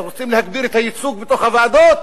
שרוצים להגביר את הייצוג בתוך הוועדות,